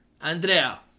Andrea